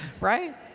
right